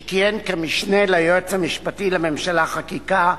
שכיהן כמשנה ליועץ המשפטי לממשלה (חקיקה),